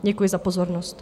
Děkuji za pozornost.